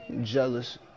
jealous